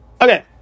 Okay